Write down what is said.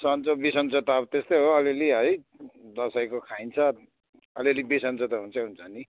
सन्चो बिसन्चो त अब त्यस्तै हो अलिअलि है दसैँको खाइन्छ अलिअलि बिसन्चो त हुन्छै हुन्छ नि